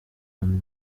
muri